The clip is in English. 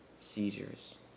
seizures